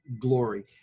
glory